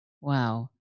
Wow